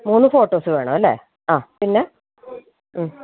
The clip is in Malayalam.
മൂന്ന് ഫോട്ടോസ് വേണം അല്ലേ ആ പിന്നെ